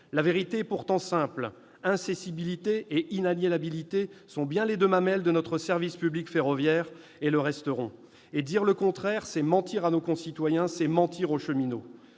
La vérité est pourtant simple ; l'incessibilité et l'inaliénabilité sont bien les deux mamelles de notre service public ferroviaire et le resteront. Dire le contraire, c'est mentir à nos concitoyens ; c'est mentir aux cheminots